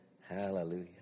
Hallelujah